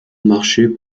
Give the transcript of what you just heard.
marchait